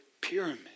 pyramid